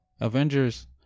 avengers